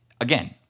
again